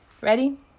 Ready